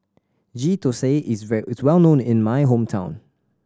Ghee Thosai is were is well known in my hometown